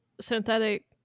synthetic